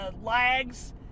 lags